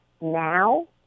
now